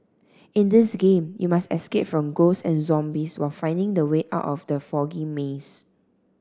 in this game you must escape from ghosts and zombies while finding the way are out of the foggy maze